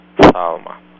Salma